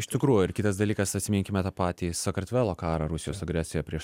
iš tikrų ir kitas dalykas atsiminkime tą patį sakartvelo karą rusijos agresiją prieš